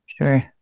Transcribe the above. sure